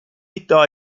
iddia